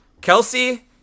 Kelsey